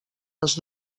les